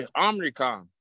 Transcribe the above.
Omnicom